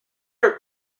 are